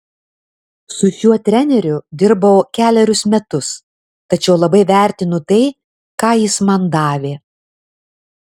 su šiuo treneriu dirbau kelerius metus tačiau labai vertinu tai ką jis man davė